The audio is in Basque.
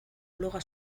bloga